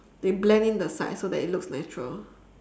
they blend in the sides so that it looks natural